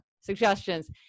suggestions